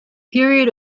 period